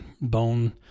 bone